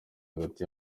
hagati